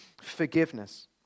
forgiveness